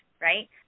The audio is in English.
right